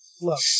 Look